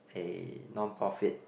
a non profit